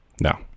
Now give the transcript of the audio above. no